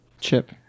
chip